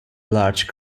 large